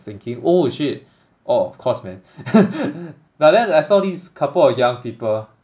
thinking oh shit oh of course man yeah then I saw this couple of young people